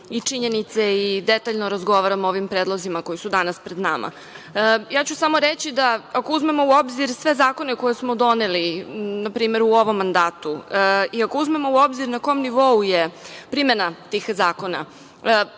i činjenice i detaljno razgovaramo o ovim predlozima koji su danas pred nama. Ako uzmemo u obzir sve zakone koje smo doneli, na primer u ovom mandatu i ako uzmemo u obzir na kom nivou je primena tih zakona